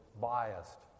biased